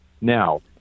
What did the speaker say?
Now